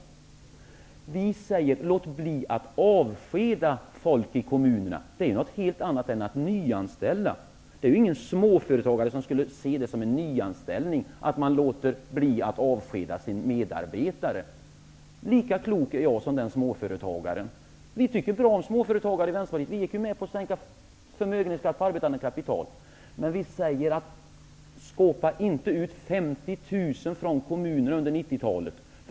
Vi säger: Låt bli att avskeda folk i kommunerna. Det betyder något helt annat än att nyanställa. Det finns ju ingen småföretagare som skulle se det som en nyanställning att låta bli att avskeda sin medarbetare. Lika klok är jag som den småföretagaren. Vi i Vänsterpartiet tycker bra om småföretagare. Vi gick ju med på att sänka förmögenhetsskatten på arbetande kapital. Men vi säger: Skåpa inte ut 50 000 från kommunerna under 90-talet.